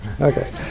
Okay